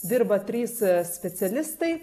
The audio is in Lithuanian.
dirba trys specialistai